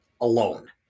alone